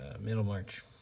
Middlemarch